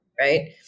right